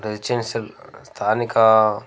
residential స్థానికా